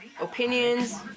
opinions